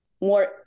more